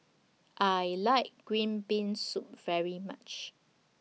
I like Green Bean Soup very much